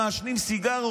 מעשנים סיגריה,